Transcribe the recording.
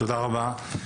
תודה רבה,